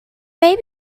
may